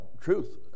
truth